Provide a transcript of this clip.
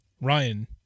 Ryan